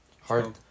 Hard